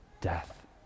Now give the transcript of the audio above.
death